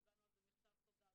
וקיבלנו על זה מכתב תודה,